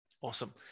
Awesome